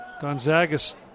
Gonzagas